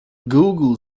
google